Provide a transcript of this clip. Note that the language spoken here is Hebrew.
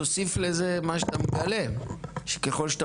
תוסיף לזה את מה שאתה מגלה: שככל שאתה